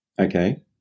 okay